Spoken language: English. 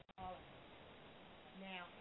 Now